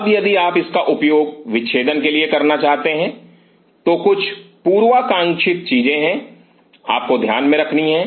अब यदि आप इसका उपयोग विच्छेदन के लिए करना चाहते हैं तो कुछ पूर्वाकांक्षित चीजें हैं जो आपको ध्यान में रखनी है